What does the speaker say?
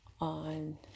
on